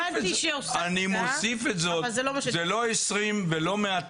הבנתי שהוספת, אבל זה לא מה שדיברנו.